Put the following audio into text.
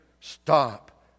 stop